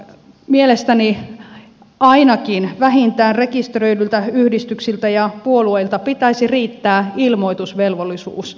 mielestäni ainakin vähintään rekisteröidyiltä yhdistyksiltä ja puolueilta pitäisi riittää ilmoitusvelvollisuus